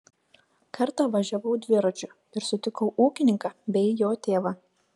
kartą važiavau dviračiu ir sutikau ūkininką bei jo tėvą